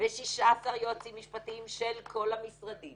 ו-16 יועצים משפטיים של כל המשרדים